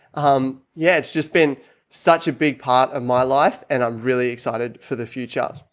um, yeah, it's just been such a big part of my life and i'm really excited for the future.